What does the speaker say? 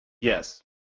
Yes